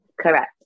correct